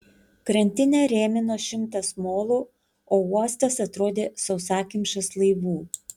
krantinę rėmino šimtas molų o uostas atrodė sausakimšas laivų